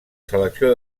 selecció